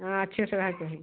हाँ अच्छे से रहे चाहिए